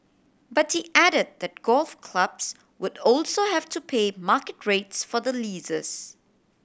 but he added that golf clubs would also have to pay market rates for the leases